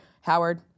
Howard